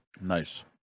Nice